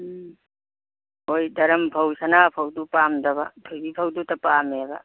ꯎꯝ ꯍꯣꯏ ꯗꯔꯝ ꯐꯧ ꯁꯅꯥ ꯐꯧꯗꯨ ꯄꯥꯝꯗꯕ ꯊꯣꯏꯕꯤ ꯐꯧꯗꯨꯇ ꯄꯥꯝꯃꯦꯕ